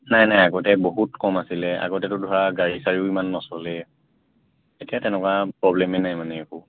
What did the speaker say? নাই নাই আগতে বহুত কম আছিলে আগতেতো ধৰা গাড়ী চাৰিও ইমান নচলে এতিয়া তেনেকুৱা প্ৰব্লেমেই নাই মানে একো